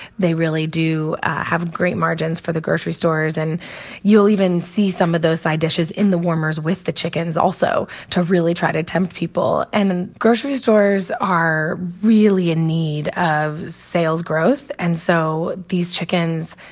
they really do have great margins for the grocery stores, and you'll even see some of those side dishes in the warmers with the chickens also, to really try to tempt people. and grocery stores are really in need of sales growth. and so these chickens,